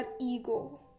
ego